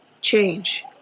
change